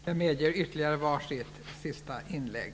Jag medger ytterligare var sitt inlägg.